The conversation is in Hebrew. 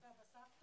עם סבא, סבתא?